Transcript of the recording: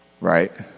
right